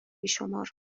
بیشمار